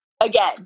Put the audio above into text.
Again